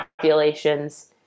populations